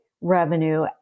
revenue